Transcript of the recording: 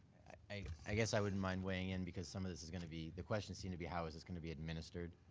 i i guess i wouldn't mind weighing in, because some of this is gonna be, the questions seem to be how is this gonna be administered?